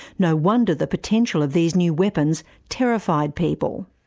no wonder the potential of these new weapons terrified people.